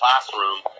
classroom